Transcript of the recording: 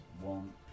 one